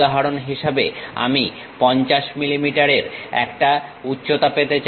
উদাহরণ হিসেবে আমি 50 মিলিমিটারের একটা উচ্চতা পেতে চাই